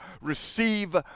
receive